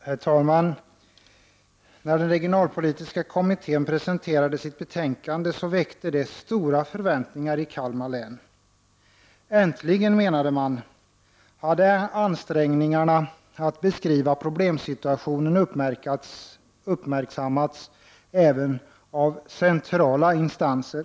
Herr talman! När den regionalpolitiska kommittén presenterade sitt betänkande väckte det stora förväntningar i Kalmar län. Äntligen, menade man, hade ansträngningarna att beskriva problemsituationen uppmärksammats även av centrala instanser.